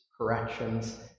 corrections